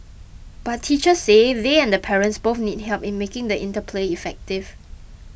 but teachers say they and the parents both need help in making the interplay effective